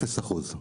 אפס אחוז.